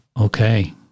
okay